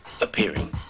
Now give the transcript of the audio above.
appearing